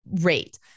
rate